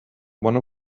one